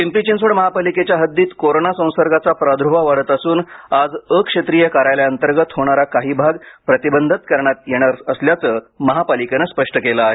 पिंपरी चिंचवड महापालिकेच्या हद्दीत कोरोना संसर्गाचा प्रादुर्भाव वाढत असून आज अ क्षेत्रिय कार्यालयांतर्गत येणारा काही भाग प्रतिबंधित करण्यात येणार असल्याचं महापालिकेने स्पष्ट केलं आहे